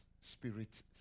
spirit